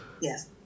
Yes